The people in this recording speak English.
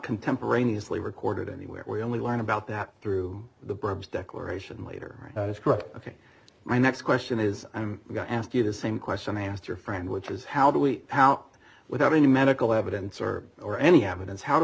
contemporaneously recorded anywhere we only learn about that through the burbs declaration later is correct ok my next question is i'm going to ask you the same question i asked your friend which is how do we how without any medical evidence or or any evidence how do